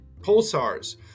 pulsars